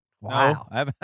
wow